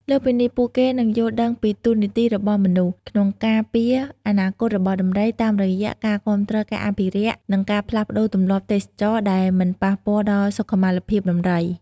លើសពីនេះ ពួកគេនឹងយល់ដឹងពី តួនាទីរបស់មនុស្សក្នុងការពារអនាគតរបស់ដំរី តាមរយៈការគាំទ្រការអភិរក្ស និងការផ្លាស់ប្តូរទម្លាប់ទេសចរណ៍ដែលមិនប៉ះពាល់ដល់សុខុមាលភាពដំរី។